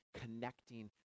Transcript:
connecting